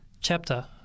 chapter